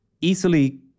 easily